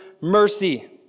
mercy